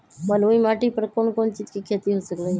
बलुई माटी पर कोन कोन चीज के खेती हो सकलई ह?